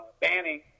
Banning